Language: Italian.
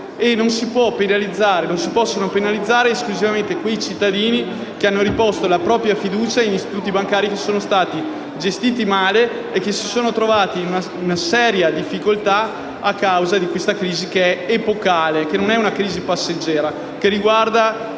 Non si possono penalizzare esclusivamente quei cittadini che hanno riposto la propria fiducia in istituti bancari che sono stati gestiti male e che si sono trovati in seria difficoltà a causa di questa crisi epocale e non passeggera che riguarda